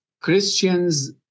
Christians